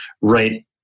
right